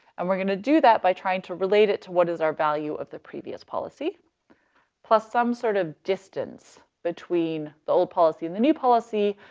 and we're gonna do that by trying to relate it to what is our value of the previous policy plus some sort of distance between the old policy and the new policy,